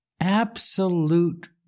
absolute